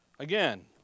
Again